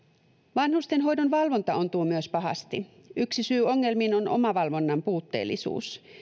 vanhustenhoidon valvonta ontuu myös pahasti yksi syy ongelmiin on omavalvonnan puutteellisuus